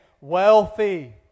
Wealthy